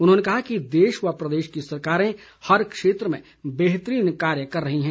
उन्होंने कहा कि देश व प्रदेश की सरकारें हर क्षेत्र में बेहतरीन कार्य कर रही है